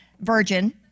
virgin